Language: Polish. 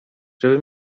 żeby